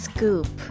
Scoop